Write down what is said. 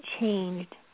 changed